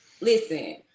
listen